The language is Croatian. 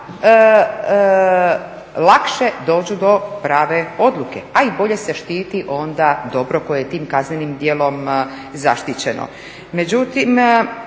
lakše dođu do prave odluke, a i bolje se štiti onda dobro koje je tim kaznenim djelom zaštićeno.